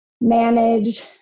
manage